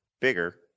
bigger